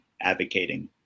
advocating